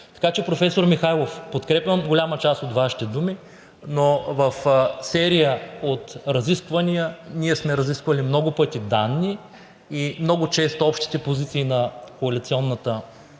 Така че, професор Михайлов, подкрепям голяма част от Вашите думи, но в серия от разисквания ние сме разисквали много пъти данни и много често общите позиции на Коалиционния